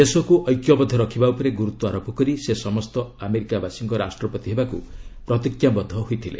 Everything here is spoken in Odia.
ଦେଶକୁ ଏକ୍ୟବଦ୍ଧ ରଖିବା ଉପରେ ଗୁରୁତ୍ୱ ଆରୋପ କରି ସେ ସମସ୍ତ ଆମେରିକାବାସୀଙ୍କ ରାଷ୍ଟ୍ରପତି ହେବାକୁ ପ୍ରତିଜ୍ଞାବଦ୍ଧ ହୋଇଥିଲେ